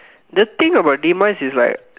the thing about demised is like